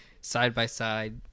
side-by-side